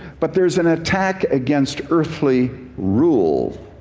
but there's an attack against earthly rule.